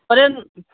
ꯍꯣꯔꯦꯟ